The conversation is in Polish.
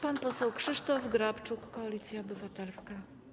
Pan poseł Krzysztof Grabczuk, Koalicja Obywatelska.